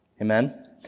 Amen